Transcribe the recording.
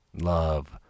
Love